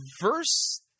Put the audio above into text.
verse